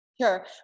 Sure